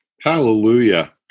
Hallelujah